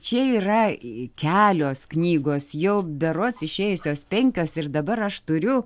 čia yra kelios knygos jau berods išėjusios penkios ir dabar aš turiu